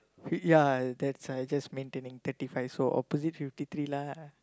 ya that I just maintaining thirty five so opposite fifty three lah